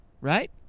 Right